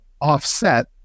offset